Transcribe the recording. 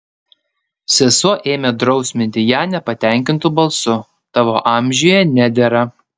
sesuo ėmė drausminti ją nepatenkintu balsu tavo amžiuje nedera